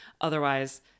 Otherwise